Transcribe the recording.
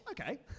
okay